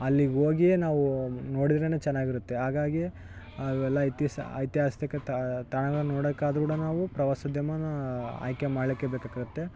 ಅಲ್ಲಿಗೆ ಹೋಗಿಯೇ ನಾವೂ ನೋಡಿದ್ರೇ ಚೆನ್ನಾಗಿರುತ್ತೆ ಹಾಗಾಗಿ ಎಲ್ಲಇತಿಹಾಸ ಐತಿಹಾಸಿಕ ತಾಣಗಳನ್ನು ನೋಡೋಕ್ ಆದರೂ ಕೂಡ ನಾವು ಪ್ರವಾಸೋದ್ಯಮನ ಆಯ್ಕೆ ಮಾಡ್ಲಿಕೆ ಬೇಕಾಗತ್ತೆ